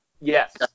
Yes